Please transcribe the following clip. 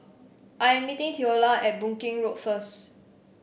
I am meeting Theola at Boon Keng Road first